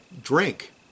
drink